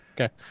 okay